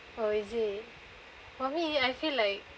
oh is it for me I feel like